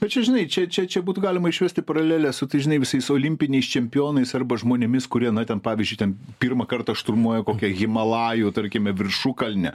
bet čia žinai čia čia čia būtų galima išvesti paralelę su tais žinai visais olimpiniais čempionais arba žmonėmis kurie na ten pavyzdžiui ten pirmą kartą šturmuoja kokia himalajų tarkime viršukalnę